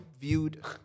viewed